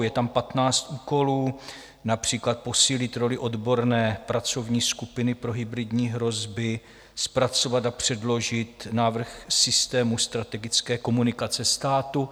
Je tam patnáct úkolů, například posílit roli odborné pracovní skupiny pro hybridní hrozby, zpracovat a předložit návrh systému strategické komunikace státu.